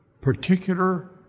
particular